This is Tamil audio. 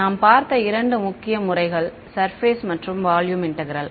நாம் பார்த்த இரண்டு முக்கிய முறைகள் சர்பேஸ் மற்றும் வால்யூம் இன்டெக்ரால்